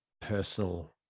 personal